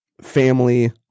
family